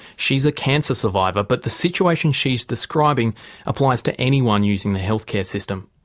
she's a cancer survivor but the situation she's describing applies to anyone using the health care system.